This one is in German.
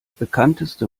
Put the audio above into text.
bekannteste